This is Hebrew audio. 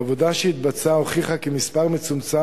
העבודה שהתבצעה הוכיחה כי מספר מצומצם